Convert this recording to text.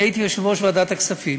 אני הייתי יושב-ראש ועדת הכספים